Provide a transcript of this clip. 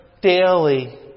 daily